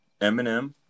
Eminem